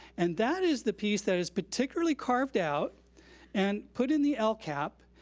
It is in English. and that is the piece that is particularly carved out and put in the lcap.